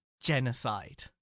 genocide